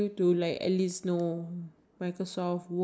maybe I do agree no I think it's C_P_A